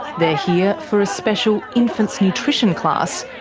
they're here for a special infants nutrition class,